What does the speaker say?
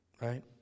right